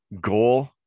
goal